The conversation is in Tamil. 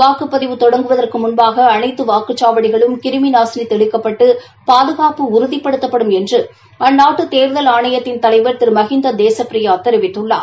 வாக்குப்பதிவு தொடங்குவதற்கு முன்பாக அனைத்து வாக்குச்சாவடிகளும் கிருமி நாசினி தெளிக்கப்பட்டு பாதுகாப்பு உறுதிப்படுத்தப்படும் என்று அந்நாட்டு தேர்தல் ஆணையத்தின் தலைவர் திரு மகிந்தா தேசப்பிரியா தெரிவித்துள்ளார்